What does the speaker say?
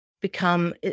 become –